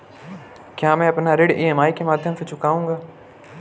क्या मैं अपना ऋण ई.एम.आई के माध्यम से चुकाऊंगा?